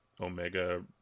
Omega